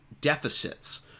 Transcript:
deficits